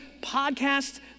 podcasts